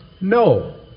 No